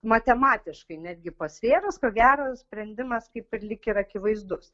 matematiškai netgi pasvėrus ko gero sprendimas kaip ir lyg ir akivaizdus